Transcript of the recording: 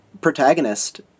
protagonist